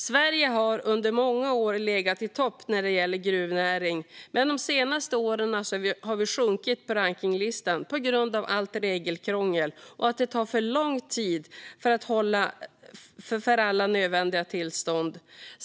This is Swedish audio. Sverige har under många år legat i topp när det gäller gruvnäring, men de senaste åren har vi sjunkit på rankningslistan på grund av allt regelkrångel och att det tar för lång tid att få alla nödvändiga tillstånd.